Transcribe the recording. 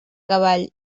cavall